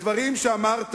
בדברים שאמרת